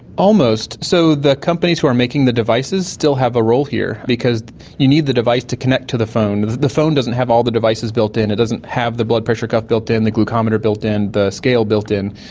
almost. so the companies who are making the devices still have a role here because you need the device to connect to the phone. the the phone doesn't have all the devices built in, it doesn't have the blood pressure cuff built in, the glucometer built in, the scale built in,